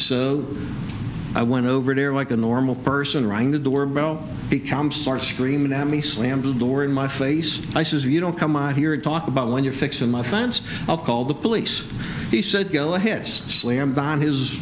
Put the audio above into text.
so i went over there like a normal person rang the doorbell become starts screaming at me slammed the door in my face i says you don't come out here and talk about when you're fixing my fence i'll call the police he said go ahead slammed on his